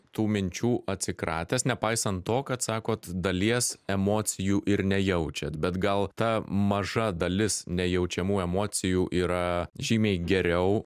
tų minčių atsikratęs nepaisant to kad sakot dalies emocijų ir nejaučiat bet gal ta maža dalis nejaučiamų emocijų yra žymiai geriau